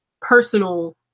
personal